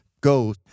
go